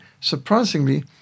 surprisingly